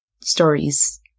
stories